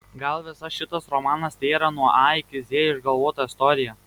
gal visas šitas romanas tėra nuo a iki z išgalvota istorija